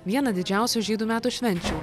vieną didžiausių žydų metų švenčių